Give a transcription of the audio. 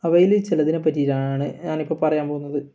അവയിൽ ചിലതിനെപ്പറ്റിയാണ് ഞാനിപ്പോൾ പറയാൻ പോകുന്നത്